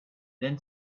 then